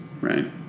Right